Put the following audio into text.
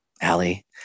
Allie